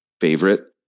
favorite